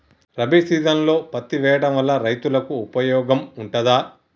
రబీ సీజన్లో పత్తి వేయడం వల్ల రైతులకు ఉపయోగం ఉంటదా?